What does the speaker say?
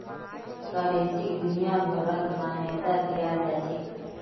करेंसीक दुनियाभरत मान्यता दियाल जाछेक